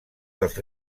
dels